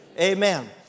Amen